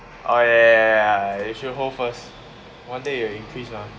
oh ya ya ya ya ya you should hold first one day it will increase mah